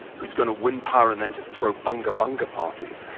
who's going to win power and then just throw bunga bunga parties.